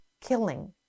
killing